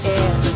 air